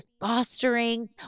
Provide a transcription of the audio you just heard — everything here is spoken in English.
fostering